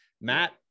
Matt